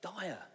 dire